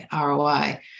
ROI